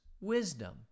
wisdom